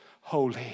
Holy